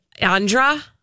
Andra